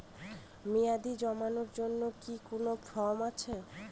মেয়াদী জমানোর জন্য কি কোন ফর্ম আছে?